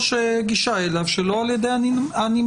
גישה אליו שלא על ידי הנמען.